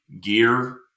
gear